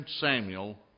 Samuel